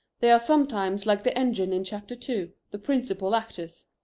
they are sometimes like the engine in chapter two, the principal actors.